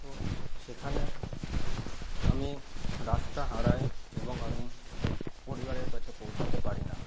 তো সেখানে আমি রাস্তা হারাই এবং আমি পরিবারের কাছে পৌঁছাতে পারি না